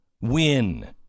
Win